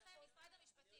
לדעתכם יש נוסח?